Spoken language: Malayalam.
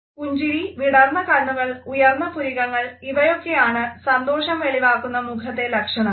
പുഞ്ചിരി വിടർന്ന കണ്ണുകൾ ഉയർന്ന പുരികങ്ങൾ ഇവയൊക്കെയാണ് സന്തോഷം വെളിവാക്കുന്ന മുഖത്തെ ലക്ഷണങ്ങൾ